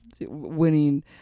winning